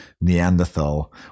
Neanderthal